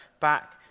back